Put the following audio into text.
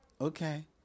Okay